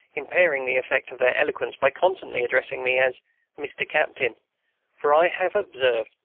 impairing the effect of their eloquence by constantly addressing me as mr. captain for i have observed,